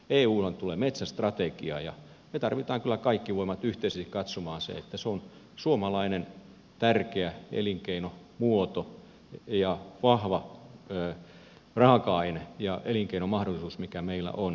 eulta tulee metsästrategia ja me tarvitsemme kyllä kaikki voimat yhteisesti katsomaan sen että se on suomalainen tärkeä elinkeinomuoto ja vahva raaka aine ja elinkeinomahdollisuus mikä meillä on